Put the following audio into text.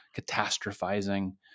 catastrophizing